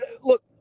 look